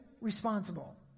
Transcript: responsible